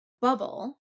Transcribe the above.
bubble